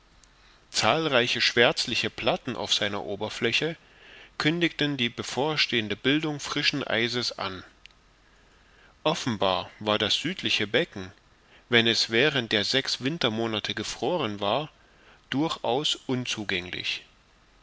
zahlreiche schwärzliche platten auf seiner oberfläche kündigten die bevorstehende bildung frischen eises an offenbar war das südliche becken wenn es während der sechs wintermonate gefroren war durchaus unzugänglich